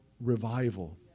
revival